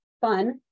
fun